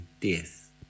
death